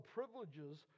privileges